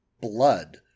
blood